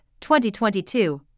2022